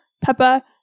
Peppa